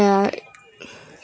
uh